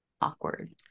awkward